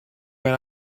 when